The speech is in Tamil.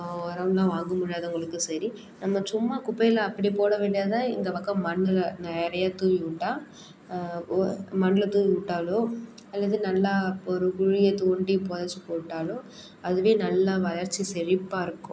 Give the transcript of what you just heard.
உரம்லாம் வாங்க முடியாதவங்களுக்கு சரி நம்ம சும்மா குப்பையில் அப்படி போட வேண்டியதை இந்த பக்கம் மண்ணில் நிறைய தூவி விட்டா ஓ மண்ணில தூவி விட்டாலோ அல்லது நல்லா ஒரு குழியை தோண்டி புதச்சி போட்டாலோ அதுவே நல்லா வளர்ச்சி செழிப்பாக இருக்கும்